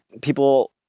people